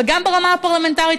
וגם ברמה הפרלמנטרית.